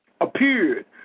appeared